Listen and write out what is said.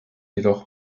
jedoch